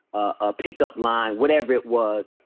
a pickup line, whatever it was.